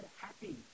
happy